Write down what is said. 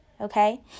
okay